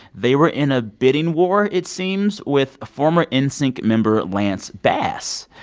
they were in a bidding war, it seems, with former n sync member lance bass.